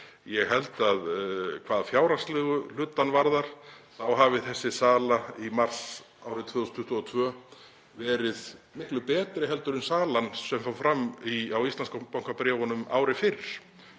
Ég held að hvað fjárhagslega hlutann varðar þá hafi þessi sala í mars árið 2022 verið miklu betri heldur en salan sem fór fram á Íslandsbankabréfunum ári fyrr.